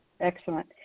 Excellent